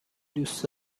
دوست